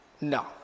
No